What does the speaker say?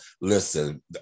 listen